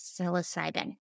psilocybin